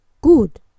Good